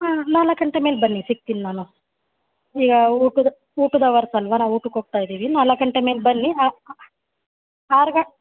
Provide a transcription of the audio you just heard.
ಹಾಂ ನಾಲ್ಕು ಗಂಟೆ ಮೇಲೆ ಬನ್ನಿ ಸಿಗ್ತೀನಿ ನಾನು ಈಗ ಉಟದ ಊಟದ ಅವರ್ಸ್ ಅಲ್ವಾ ನಾವು ಊಟಕ್ಕೆ ಹೋಗ್ತಾಯಿದ್ದೀವಿ ನಾಲ್ಕು ಗಂಟೆ ಮೇಲೆ ಬನ್ನಿ ಆರು ಗ